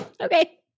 Okay